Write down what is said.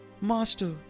Master